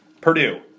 Purdue